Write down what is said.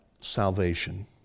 salvation